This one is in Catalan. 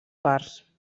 parts